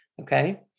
okay